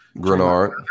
Grenard